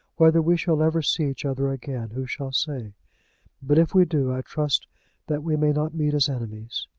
whether we shall ever see each other again who shall say but if we do i trust that we may not meet as enemies.